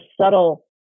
subtle